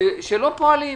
שלא פועלים.